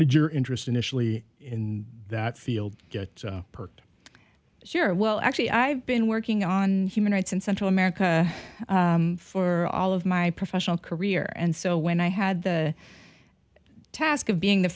did your interest initially in that field get perked your well actually i've been working on human rights in central america for all of my professional career and so when i had the task of being the